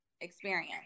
experience